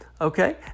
okay